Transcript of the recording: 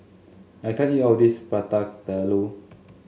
I can't eat all of this Prata Telur